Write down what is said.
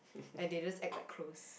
and they act like close